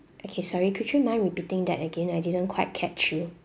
okay sorry could you mind repeating that again I didn't quite catch you